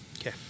Okay